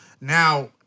now